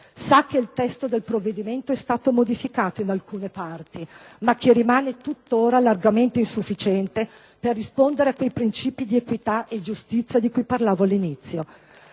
Sa che il testo del provvedimento è stato modificato in alcune parti, ma che rimane tuttora largamente insufficiente per rispondere a quei princìpi di equità e giustizia di cui parlavo all'inizio;